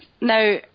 now